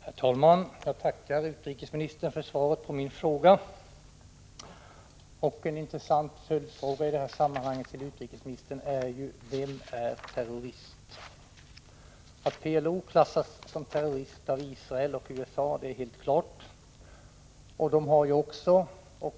Herr talman! Jag tackar utrikesministern för svaret på min fråga. En intressant följdfråga till utrikesministern i detta sammanhang är: Vem är terrorist? Att PLO klassas som en terroristorganisation av Israel och USA är helt klart.